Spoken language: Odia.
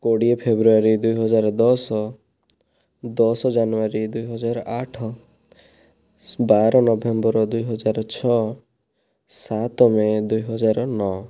କୋଡ଼ିଏ ଫେବ୍ରୁଆରୀ ଦୁଇ ହଜାର ଦଶ ଦଶ ଜାନୁଆରୀ ଦୁଇହଜାର ଆଠ ବାର ନଭେମ୍ବର ଦୁଇହଜାର ଛଅ ସାତ ମେ ଦୁଇହଜାର ନଅ